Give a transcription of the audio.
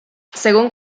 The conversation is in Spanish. según